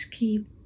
Keep